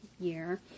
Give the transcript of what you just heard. year